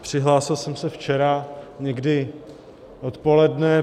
Přihlásil jsem se včera někdy odpoledne.